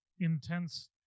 intense